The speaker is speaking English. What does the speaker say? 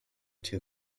two